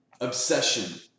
obsession